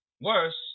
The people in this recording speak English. worse